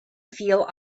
feel